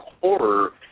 horror